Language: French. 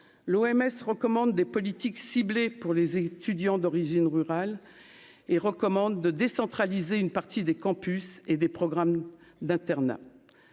l'OMS recommande des politiques ciblées pour les étudiants d'origine rurale et recommande de décentraliser une partie des campus et des programmes d'internat,